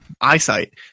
eyesight